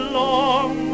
long